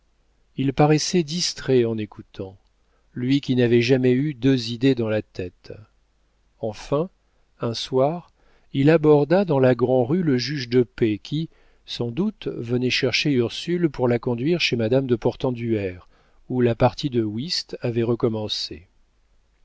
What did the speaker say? il paraissait distrait en écoutant lui qui n'avait jamais eu deux idées dans la tête enfin un soir il aborda dans la grand'rue le juge de paix qui sans doute venait chercher ursule pour la conduire chez madame de portenduère où la partie de whist avait recommencé